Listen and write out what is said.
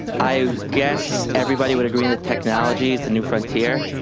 i guess everybody would agree that technology is the new frontier.